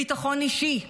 ביטחון אישי,